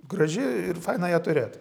graži ir faina ją turėt